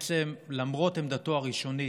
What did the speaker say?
למרות עמדתו הראשונית,